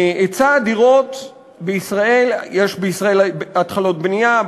שהיצע הדירות בישראל, יש בישראל התחלות בנייה.